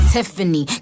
Tiffany